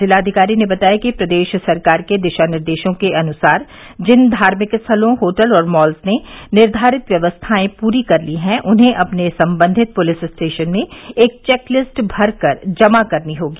जिलाधिकारी ने बताया कि प्रदेश सरकार के दिशा निर्देशों के अनुसार जिन धार्मिक स्थलों होटल और मॉल ने निर्धारित व्यवस्थाएं पूरी कर ली हैं उन्हें अपने संबंधित पूलिस स्टेशन में एक चेक लिस्ट भरकर जमा करनी होगी